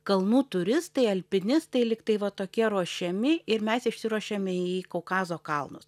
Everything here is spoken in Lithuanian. kalnų turistai alpinistai lyg tai va tokie ruošiami ir mes išsiruošėme į kaukazo kalnus